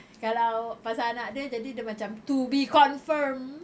kalau pasal anak dia jadi dia macam to be confirmed